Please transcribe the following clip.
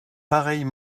pareille